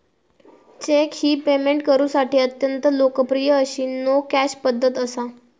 check ही payment करुसाठी अत्यंत लोकप्रिय अशी नो कॅश पध्दत असा